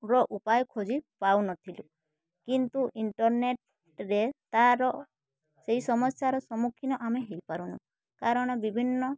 ର ଉପାୟ ଖୋଜି ପାଉନଥିଲୁ କିନ୍ତୁ ଇଣ୍ଟରନେଟ୍ରେ ତାର ସେଇ ସମସ୍ୟାର ସମ୍ମୁଖୀନ ଆମେ ହେଇପାରୁନୁ କାରଣ ବିଭିନ୍ନ